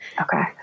Okay